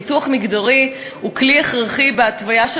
ניתוח מגדרי הוא כלי הכרחי בהתוויה של